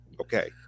Okay